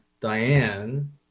Diane